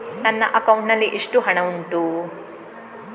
ನನ್ನ ಅಕೌಂಟ್ ನಲ್ಲಿ ಎಷ್ಟು ಹಣ ಉಂಟು?